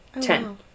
Ten